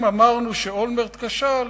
אם אמרנו שאולמרט כשל,